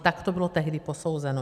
Tak to bylo tehdy posouzeno.